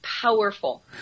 powerful